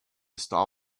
star